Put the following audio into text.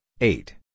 eight